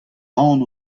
ran